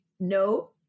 No